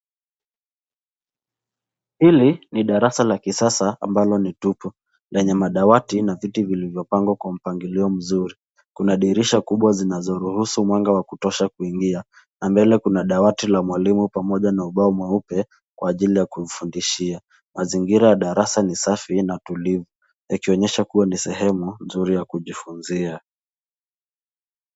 Hili ni darasa la kisasa ambalo ni tupu. Lenye madawati na viti vilipangwa kwa mpangilio mzuri. Kuna dirisha kubwa zinazoruhusu mwanga wa kutosha kuingia na mbele kuna dawati la mwalimu pamoja na ubao mweupe kwa ajili ya kufundishia. Mazingira ya darasa ni safi na tulivu. Yakionyesha kuwa ni sehemu nzuri ya kujifunzia.